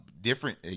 Different